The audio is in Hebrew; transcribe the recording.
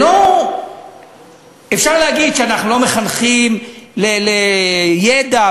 אפשר להגיד שאנחנו לא מחנכים לידע,